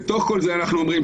בתוך כל זה אנחנו אומרים,